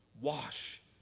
Wash